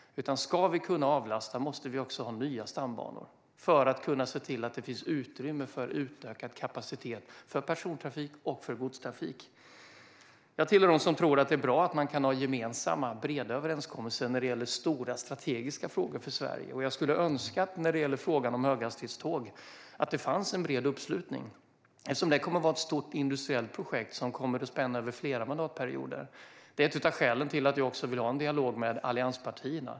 Om vi ska kunna avlasta det måste vi också ha nya stambanor för att kunna se till att det finns utrymme för utökad kapacitet för persontrafik och för godstrafik. Jag tillhör dem som tror att det är bra att man kan göra gemensamma breda överenskommelser när det gäller stora strategiska frågor för Sverige. När det gäller frågan om höghastighetståg skulle jag önska att det fanns en bred uppslutning, eftersom det kommer att vara ett stort industriellt projekt som kommer att spänna över flera mandatperioder. Det är ett av skälen till att jag också vill ha en dialog med allianspartierna.